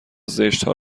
زشتها